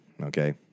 okay